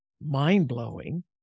mind-blowing